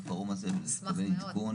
אז גם חקיקה תצטרך להשתלב כאן,